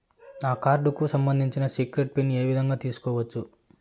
నా కార్డుకు సంబంధించిన సీక్రెట్ పిన్ ఏ విధంగా తీసుకోవచ్చు?